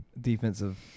defensive